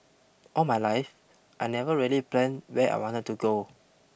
all my life I never really plan where I wanted to go